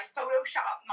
Photoshop